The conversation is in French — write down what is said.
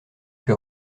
que